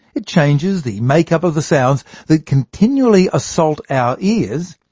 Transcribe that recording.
it changes the make-up of the sounds that continually assault our ears,